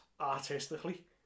artistically